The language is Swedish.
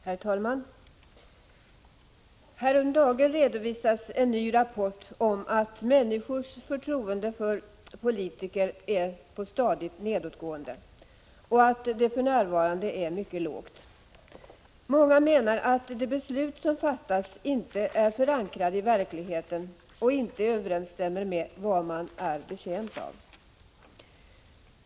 Herr talman! Häromdagen redovisades en ny rapport om att människors förtroende för politiker är stadigt nedåtgående och att det för närvarande är mycket lågt. Många menar att de beslut som fattas inte är förankrade i verkligheten och inte överensstämmer med vad man är betjänt av.